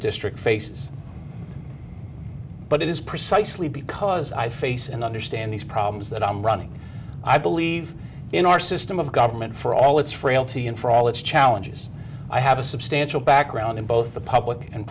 district faces but it is precisely because i face and understand these problems that i'm running i believe in our system of government for all its frailty and for all its i have a substantial background in both the public and